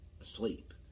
asleep